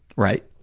right?